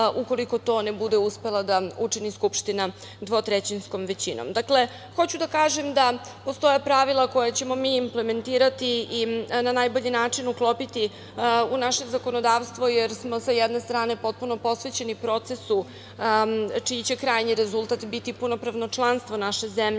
ukoliko to ne bude uspela da učini Skupština dvotrećinskom većinom. Dakle, hoću da kažem da postoje pravila koja ćemo mi implementirati i na najbolji način uklopiti u naše zakonodavstvo, jer smo sa jedne strane potpuno posvećeni procesu čiji će krajnji rezultat biti punopravno članstvo naše zemlje